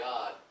God